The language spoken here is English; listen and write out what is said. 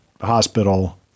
hospital